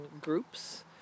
groups